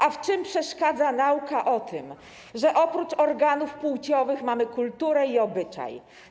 A w czym przeszkadza nauka o tym, że oprócz organów płciowych mamy kulturę i obyczaj?